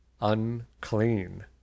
unclean